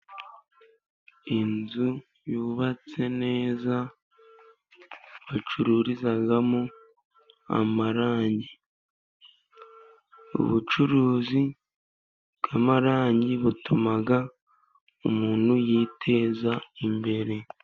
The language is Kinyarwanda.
Inzu yubatse neza, bacururizamo amarangi, ubucuruzi bw'amarangi butuma umuntu yiteza imbere.